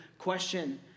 question